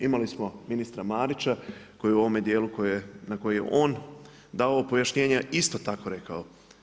Imali smo ministra Marića koji u ovome djelu na koje je on dao pojašnjenje isto tako rekao.